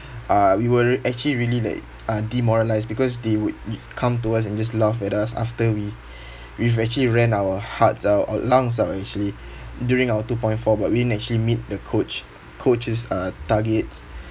uh we were actually really like uh demoralised because they would come to us and just laugh at us after we we've actually ran our hearts out our lungs actually during our two point four but we actually meet the coach coach's uh targets